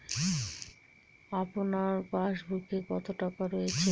আপনার পাসবুকে কত টাকা রয়েছে?